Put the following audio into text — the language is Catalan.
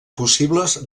possibles